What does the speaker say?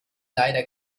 leider